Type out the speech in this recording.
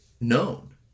known